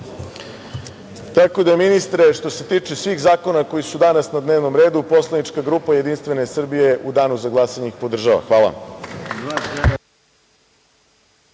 da ministre što se tiče svih zakona koji su danas na dnevnom redu poslanička grupa Jedinstvene Srbije u danu za glasanje ih podržava. Hvala.